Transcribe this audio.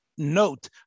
Note